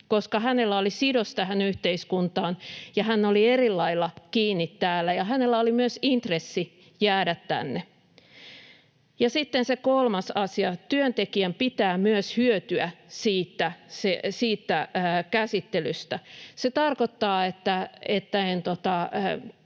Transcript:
koska hänellä oli sidos tähän yhteiskuntaan ja hän oli eri lailla kiinni täällä ja hänellä oli myös intressi jäädä tänne. Sitten se kolmas asia: Työntekijän pitää myös hyötyä siitä käsittelystä. Se tarkoittaa, että